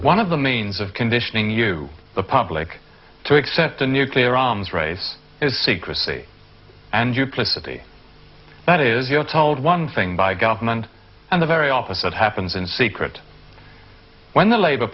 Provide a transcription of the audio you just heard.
one of the means of conditioning you the public to accept the nuclear arms race is secrecy and you play city that is you're told one thing by government and the very opposite happens in secret when the labor